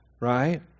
right